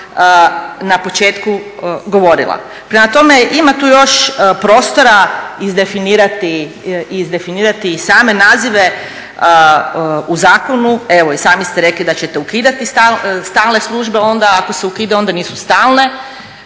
na početku govorila. Prema tome, ima tu još prostora izdefinirati i same nazive u zakonu. Evo i sami ste rekli da ćete ukidati stalne službe. Onda ako se ukidaju onda nisu stalne.